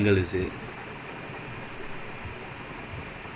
ya they can cover a greater ya correct that's the thing